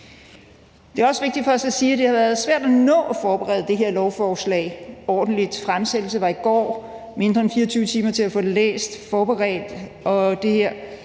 Det er også vigtigt for os at sige, at det har været svært at nå at forberede os ordentligt på det her lovforslag. Fremsættelsen var i går, og der har været mindre end 24 timer til at få det læst og forberedt